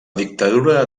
dictadura